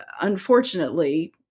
unfortunately